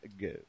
Go